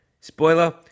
Spoiler